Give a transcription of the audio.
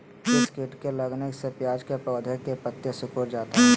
किस किट के लगने से प्याज के पौधे के पत्ते सिकुड़ जाता है?